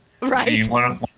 Right